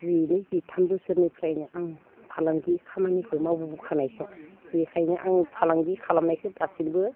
जिनै जिथाम बोसोरनिफ्रायनो आं फालांगि खामानिखौ मावबोबोखानायसो बेखायनो आङो फालांगि खालामनायखो दासिमबो